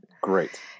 Great